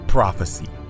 Prophecy